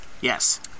Yes